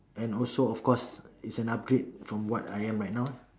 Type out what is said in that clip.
and also of course is an upgrade from what I am right now lah